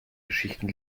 geschichten